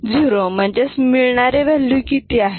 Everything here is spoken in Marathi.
म्हणजेच मिळणारी व्हॅल्यू किती आहे